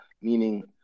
meaning